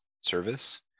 service